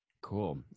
Cool